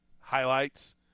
Highlights